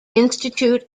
institute